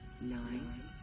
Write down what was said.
Nine